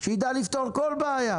שיידע לפתור כל בעיה.